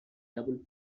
double